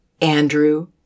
Andrew